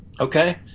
Okay